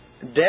death